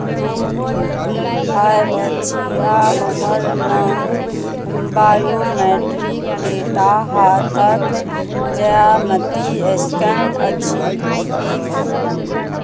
to two two five अछि आ हमर लग बायोमैट्रिक डेटा हाथक ज्यामिती स्कैन अछि